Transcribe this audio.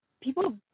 people